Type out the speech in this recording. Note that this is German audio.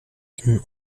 ihnen